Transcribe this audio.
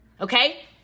okay